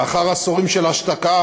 לאחר עשורים של השתקה,